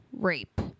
rape